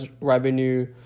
revenue